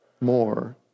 more